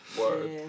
Word